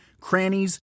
crannies